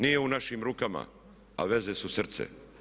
Nije u našim rukama, a veze su srce.